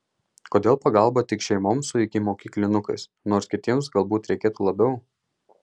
kodėl pagalba tik šeimoms su ikimokyklinukais nors kitiems galbūt reikėtų labiau